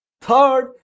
Third